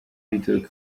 bitok